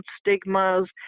stigmas